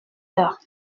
heures